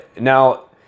now